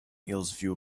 hillsview